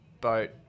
boat